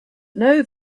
know